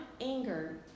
anger